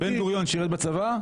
בן גוריון שירת בצבא?